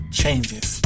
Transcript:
changes